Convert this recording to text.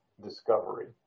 discovery